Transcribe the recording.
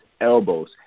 elbows